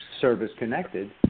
service-connected